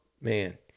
Man